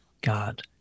God